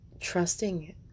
trusting